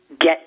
get